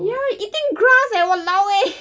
ya eating grass eh !walao! eh